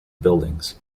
buildings